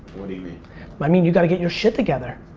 what do you mean? i mean you got to get your shit together.